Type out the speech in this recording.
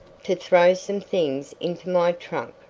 to throw some things into my trunk,